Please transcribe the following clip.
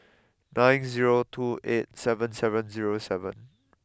nine zero two eight seven seven zero seven